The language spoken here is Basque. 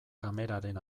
kameraren